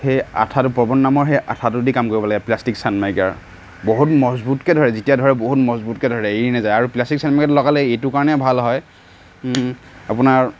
সেই আঠাটো প্ৰবন নামৰ সেই আঠাটোদি কাম কৰিব লাগে প্লাষ্টিক চানমাইকাৰ বহুত মজবুতকৈ ধৰে যেতিয়া ধৰে বহুত মজবুতকৈ ধৰে এৰি নাযায় আৰু প্লাষ্টিক চানমাইকাটো লগালে এইটোৰ কাৰণে ভাল হয় আপোনাৰ